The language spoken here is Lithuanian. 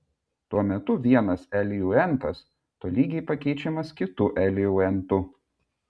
tuo metu vienas eliuentas tolygiai pakeičiamas kitu eliuentu